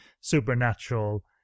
supernatural